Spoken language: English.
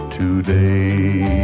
today